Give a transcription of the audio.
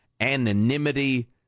anonymity